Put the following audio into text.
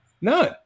None